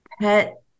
Pet